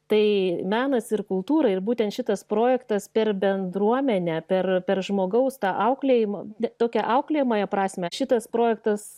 tai menas ir kultūra ir būtent šitas projektas per bendruomenę per per žmogaus auklėjimą tokia auklėjamąją prasmę šitas projektas